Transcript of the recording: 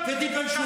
חוצפה.